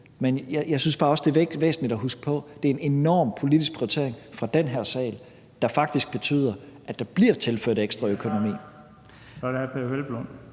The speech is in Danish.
men jeg synes bare også, at det er væsentligt at huske på, at det er en enorm politisk prioritering af den her sag, der faktisk betyder, at der bliver tilført ekstra økonomi.